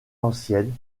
ancienne